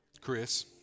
Chris